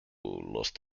lost